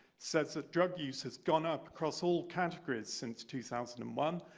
says that drug use has gone up across all categories since two thousand and one,